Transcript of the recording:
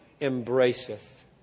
embraceth